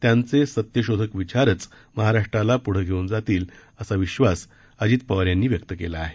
त्यांचे सत्यशोधक विचारच महाराष्ट्राला पुो घेऊन जातील असा विश्वास अजित पवार यांनी व्यक्त केला आहे